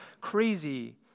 crazy